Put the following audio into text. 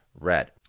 Red